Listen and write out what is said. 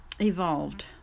evolved